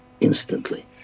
instantly